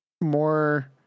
more